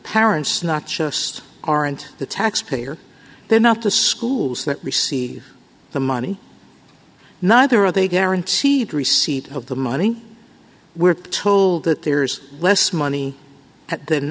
parents not just aren't the tax payer they're not the schools that receive the money neither are they guaranteed receipt of the money we're told that there's less money than